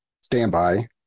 standby